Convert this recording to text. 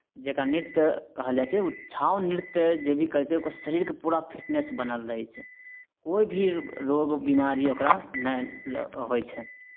जकरा नृत्य कहल जाइ छै ओ छऊ नृत्य जे भी करै छै ओकरा शरीरके पूरा फिटनेस बनल रहै छै कोइ भी रोग बेमारी ओकरा नहि लऽ होइ छै